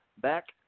back